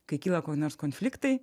kai kyla kokie nors konfliktai